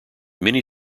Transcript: many